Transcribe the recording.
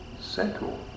settle